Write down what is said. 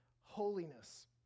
holiness